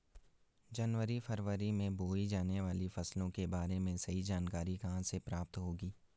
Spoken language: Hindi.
जनवरी फरवरी में बोई जाने वाली फसलों के बारे में सही जानकारी कहाँ से प्राप्त होगी?